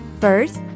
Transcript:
First